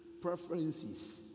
preferences